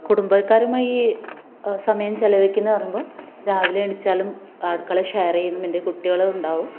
കുടുമ്പക്കാരുമായി സമയം ചിലവഴിക്കുന്നത് പറയുമ്പോൾ രാവിലെ എണീച്ചാലും അടുക്കള ഷെയർ ചെയ്യുമ്പം എൻ്റെ കുട്ടികളും ഉണ്ടാകും